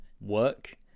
work